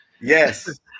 Yes